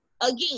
Again